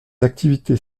activités